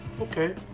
okay